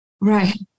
Right